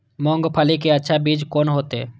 मूंगफली के अच्छा बीज कोन होते?